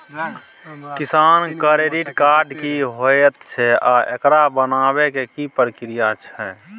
किसान credit card की होयत छै आ एकरा बनाबै के की प्रक्रिया छै?